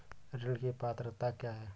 ऋण की पात्रता क्या है?